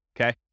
Okay